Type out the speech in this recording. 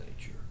nature